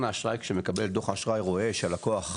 כשמקבל דוח האשראי רואה שהלקוח,